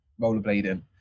rollerblading